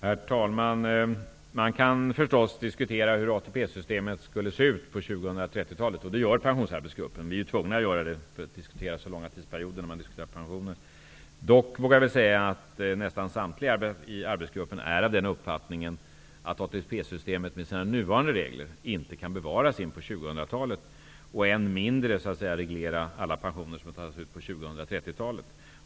Herr talman! Man kan förstås diskutera hur ATP systemet kan se ut på 2030-talet, och det gör Pensionsarbetsgruppen. Vi är tvungna att göra det, eftersom det är fråga om långa tidsperioder när man diskuterar pensioner. Jag vågar dock säga att nästan samtliga i arbetsgruppen har den uppfattningen att ATP-systemet med sina nuvarande regler inte kan bevaras in på 2000-talet och än mindre reglera alla pensioner som skall betalas på 2030-talet.